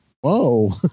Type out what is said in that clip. whoa